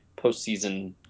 postseason